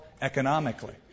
economically